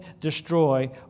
destroy